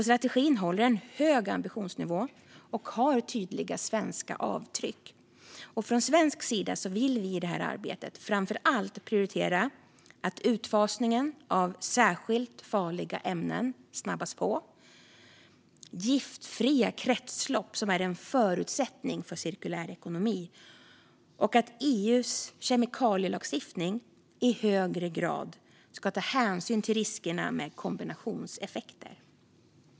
Strategin håller en hög ambitionsnivå och har tydliga svenska avtryck. Från svensk sida vill vi i detta arbete framför allt prioritera att utfasningen av särskilt farliga ämnen snabbas på. Vi vill också prioritera giftfria kretslopp, som är en förutsättning för en cirkulär ekonomi, samt att EU:s kemikalielagstiftning i högre grad ska ta hänsyn till riskerna med kombinationseffekter.